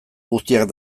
guztiak